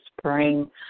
spring